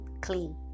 clean